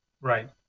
right